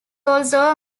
also